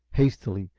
hastily,